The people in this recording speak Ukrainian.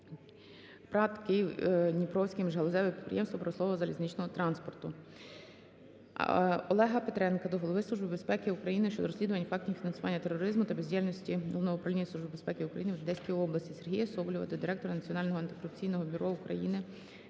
ПрАТ "Київ-Дніпровське міжгалузеве підприємство промислового залізничного транспорту". Олега Петренка до голови Служби безпеки України щодо розслідування фактів фінансування тероризму та бездіяльності Головного управління Служби безпеки України в Одеській області. Сергія Соболєва до директора Національного антикорупційного бюро України,